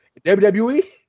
WWE